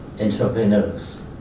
entrepreneurs